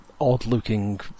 odd-looking